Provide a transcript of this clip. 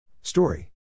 Story